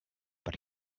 but